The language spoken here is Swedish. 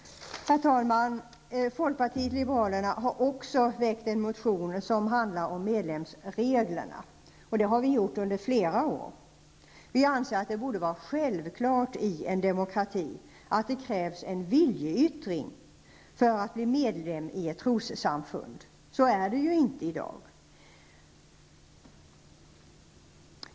Herr talman! Folkpartiet liberalerna har också väckt en motion som handlar om medlemsreglerna. Vi har för övrigt väckt samma motion under flera år. Vi anser att det borde vara självklart i en demokrati att det krävs en viljeyttring för att bli medlem i ett trossamfund. Så är det inte i dag.